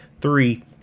Three